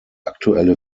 aktuelle